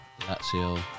Lazio